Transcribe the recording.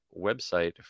website